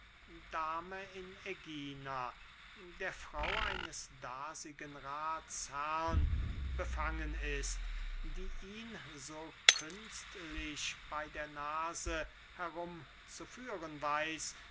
dame in ägina der frau eines dasigen rathsherren befangen ist die ihn so künstlich bey der nase herumzuführen weiß